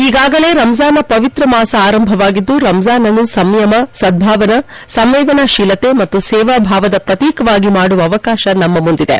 ಈಗಾಗಲೇ ರಂಜಾನ್ನ ಪವಿತ್ರ ಮಾಸವು ಆರಂಭವಾಗಿದ್ದು ರಂಜಾನ್ನನ್ನು ಸಂಯಮ ಸದ್ಬಾವನಾ ಸಂವೇದನ ಶೀಲತೆ ಮತ್ತು ಸೇವಾ ಭಾವದ ಪ್ರತೀಕವಾಗಿ ಮಾದುವ ಅವಕಾಶ ನಮ್ಮ ಮುಂದಿದೆ